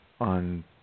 on